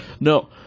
No